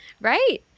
right